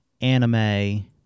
anime